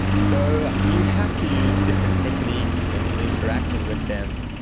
so you have to use different techniques in in interacting with them.